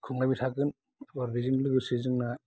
खुंलायबाय थागोन बा बेजों लोगोसे जोंना